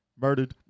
Murdered